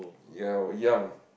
ya we've young